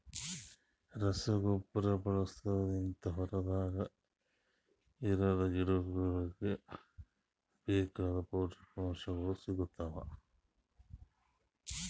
ರಸಗೊಬ್ಬರ ಬಳಸದ್ ಲಿಂತ್ ಹೊಲ್ದಾಗ ಇರದ್ ಗಿಡಗೋಳಿಗ್ ಬೇಕಾಗಿದ್ ಪೌಷ್ಟಿಕಗೊಳ್ ಸಿಗ್ತಾವ್